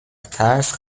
ترس